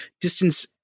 distance